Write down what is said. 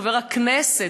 חבר הכנסת.